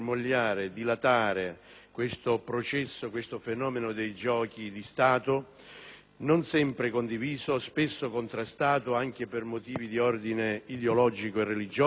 non sempre condiviso, spesso contrastato, anche per motivi di ordine ideologico e religioso, ma alla fine accettato in funzione di un processo di globalizzazione